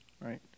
right